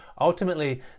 ultimately